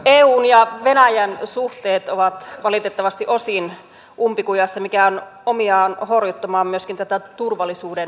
eun ja venäjän suhteet ovat valitettavasti osin umpikujassa mikä on omiaan horjuttamaan myöskin turvallisuuden ilmapiiriä